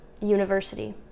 university